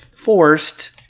forced